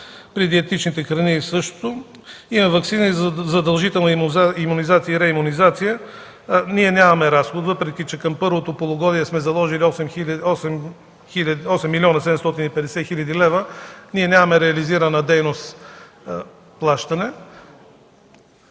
При диетичните храни е същото. Има ваксини за задължителна имунизация и реимунизация. Ние нямаме разход, въпреки че към първото полугодие сме заложили 8 млн. 750 хил. лв. нямаме реализирана дейност плащане.